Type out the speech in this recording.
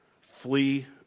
flee